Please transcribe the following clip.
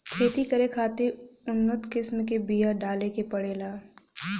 खेती करे खातिर उन्नत किसम के बिया डाले के पड़ेला